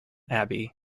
abbey